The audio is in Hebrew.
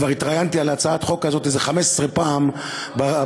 כבר התראיינתי על הצעת החוק הזאת איזה 15 פעם בתקשורת.